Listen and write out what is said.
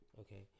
Okay